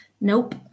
Nope